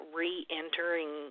re-entering